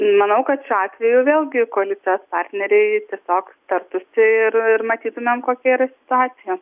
manau kad šiuo atveju vėlgi koalicijos partneriai tiesiog tartųsi ir matytumėm kokia yra situacija